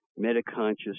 Meta-conscious